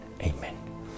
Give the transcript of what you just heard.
Amen